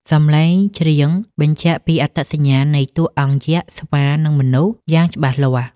សំឡេងច្រៀងបញ្ជាក់ពីអត្តសញ្ញាណនៃតួអង្គយក្ស ស្វា និងមនុស្ស យ៉ាងច្បាស់លាស់។